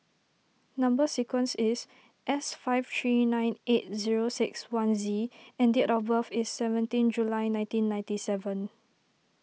Number Sequence is S five three nine eight zero six one Z and date of birth is seventeen July nineteen ninety seven